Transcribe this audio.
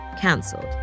cancelled